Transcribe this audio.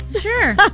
Sure